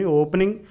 opening